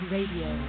Radio